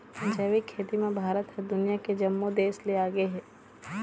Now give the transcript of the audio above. जैविक खेती म भारत ह दुनिया के जम्मो देस ले आगे हे